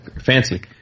Fancy